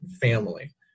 family